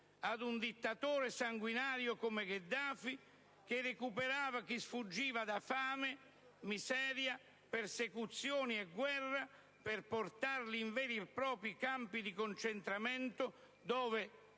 ad un dittatore sanguinario come Gheddafi, che recuperava chi sfuggiva da fame, miseria, persecuzioni e guerra per portarlo in veri e propri campi di concentramento, dove